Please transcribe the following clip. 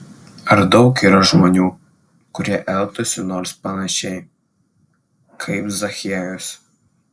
ar daug yra žmonių kurie elgtųsi nors panašiai kaip zachiejus